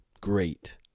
great